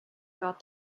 got